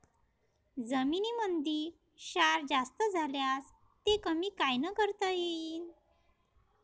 जमीनीमंदी क्षार जास्त झाल्यास ते कमी कायनं करता येईन?